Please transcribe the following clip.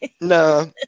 No